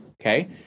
Okay